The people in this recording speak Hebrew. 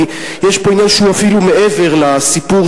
כי יש פה עניין שהוא אפילו מעבר לסיפור